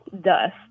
dust